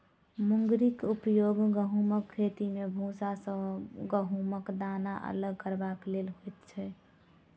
मुंगरीक उपयोग गहुमक खेती मे भूसा सॅ गहुमक दाना अलग करबाक लेल होइत छै